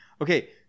Okay